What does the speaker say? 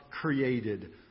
created